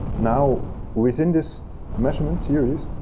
now, within this measuring series,